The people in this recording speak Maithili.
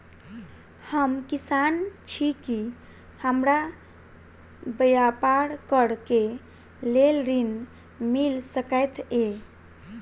हम किसान छी की हमरा ब्यपार करऽ केँ लेल ऋण मिल सकैत ये?